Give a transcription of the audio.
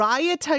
Riot